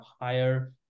higher